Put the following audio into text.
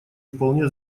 вполне